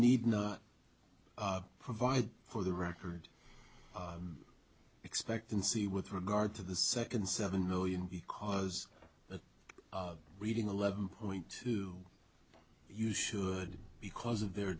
need not provide for the record expectancy with regard to the second seven million because reading eleven point two you should because of their